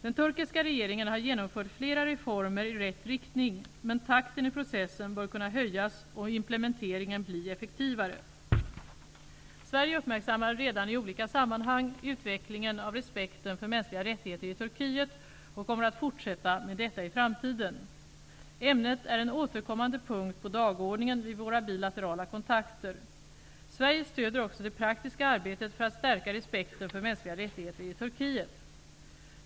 Den turkiska regeringen har genomfört flera reformer i rätt riktning, men takten i processen bör kunna höjas och implementeringen bli effektivare. Sverige uppmärksammar redan i olika sammanhang utvecklingen av respekten för mänskliga rättigheter i Turkiet, och kommer att fortsätta med detta i framtiden. Ämnet är en återkommande punkt på dagordningen vid våra bilaterala kontakter. Sverige stöder också det praktiska arbetet för att stärka respekten för mänskliga rättigheter i Turkiet.